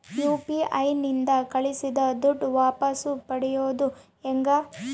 UPI ನಿಂದ ಕಳುಹಿಸಿದ ದುಡ್ಡು ವಾಪಸ್ ಪಡೆಯೋದು ಹೆಂಗ?